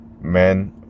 Men